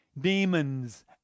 demons